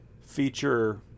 feature